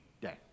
day